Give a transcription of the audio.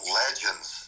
legends